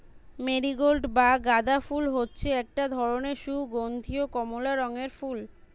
marigold বা গাঁদা ফুল হচ্ছে একটা ধরণের সুগন্ধীয় কমলা রঙের ফুল